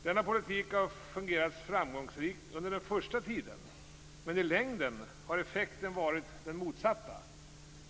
Denna politik har fungerat framgångsrikt under den första tiden, men i längden har effekten varit den motsatta.